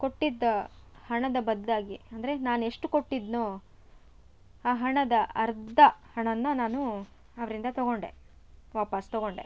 ಕೊಟ್ಟಿದ್ದ ಹಣದ ಬದಲಾಗಿ ಅಂದರೆ ನಾನೆಷ್ಟು ಕೊಟ್ಟಿದ್ದೆನೋ ಆ ಹಣದ ಅರ್ಧ ಹಣನ್ನ ನಾನು ಅವರಿಂದ ತೊಗೊಂಡೆ ವಾಪಾಸ್ ತೊಗೊಂಡೆ